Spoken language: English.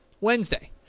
Wednesday